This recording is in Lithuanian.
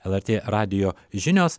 lrt radijo žinios